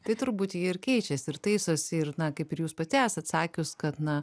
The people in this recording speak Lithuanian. tai turbūt ji ir keičiasi ir taisosi ir na kaip ir jūs pati esat sakius kad na